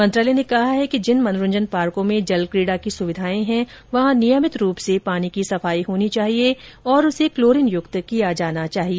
मंत्रालय ने कहा है कि जिन मनोरंजन पार्को में जलकीड़ा की सुविधाए हैं वहां नियमित रूप से पानी की सफाई होनी चाहिए और उसे क्लोरीन युक्त किया जाना चाहिए